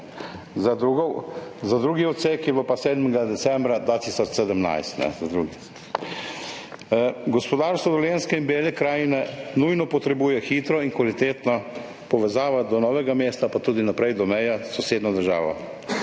Za drugi odsek je bilo pa 7. decembra 2017. Gospodarstvo Dolenjske in Bele krajine nujno potrebuje hitro in kvalitetno povezavo do Novega mesta, pa tudi naprej do meje s sosednjo državo.